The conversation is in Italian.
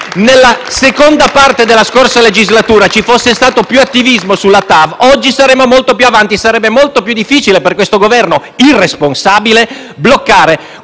nella seconda parte della scorsa legislatura ci fosse stato più attivismo sul TAV, oggi saremmo molto più avanti e sarebbe molto più difficile per questo Governo irresponsabile bloccare